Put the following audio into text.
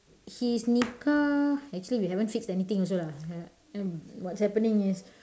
his nikah actually we haven't fixed anything also lah mm what's happening is